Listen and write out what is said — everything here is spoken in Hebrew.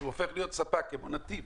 הוא הופך להיות ספק כמו נתיב